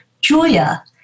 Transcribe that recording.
Julia